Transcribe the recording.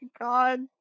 God